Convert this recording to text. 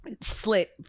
slit